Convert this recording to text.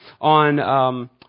on